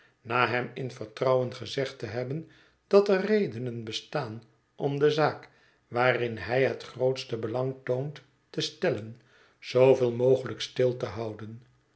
na hem in vertrouwen gezegd te hebben dat er redenen bestaan om de zaak waarin hij het grootste belang toont te stellen zooveel mogelijk stil te houden